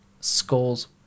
skulls